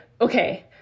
okay